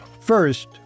First